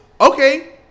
okay